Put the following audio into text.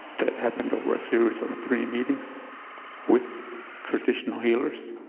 that happened over a series of three meetings with traditional healers,